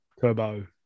Turbo